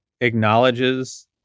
acknowledges